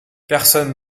personne